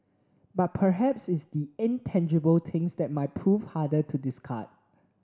but perhaps it's the intangible things that might prove harder to discard